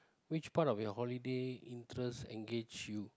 which part of your holiday interest engage you